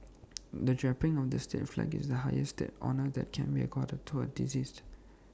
the draping of the state flag is the highest state honour that can be accorded to A deceased